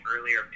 earlier